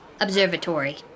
observatory